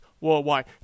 worldwide